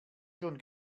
schon